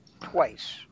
twice